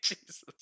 Jesus